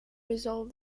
resolve